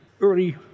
early